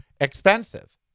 expensive